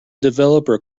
developer